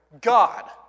God